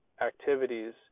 activities